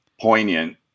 poignant